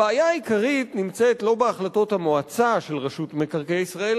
הבעיה העיקרית נמצאת לא בהחלטות המועצה של רשות מקרקעי ישראל,